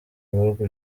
bihugu